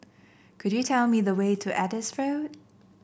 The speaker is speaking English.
could you tell me the way to Adis Road